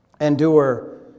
Endure